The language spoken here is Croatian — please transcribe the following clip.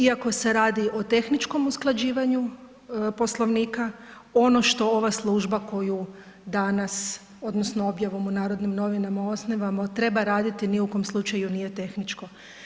Iako se radi o tehničkom usklađivanju Poslovnika, ono što ova služba koju danas, odnosno objavom u Narodnim novinama osnivamo, treba raditi, ni u kom slučaju nije tehničko.